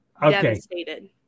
devastated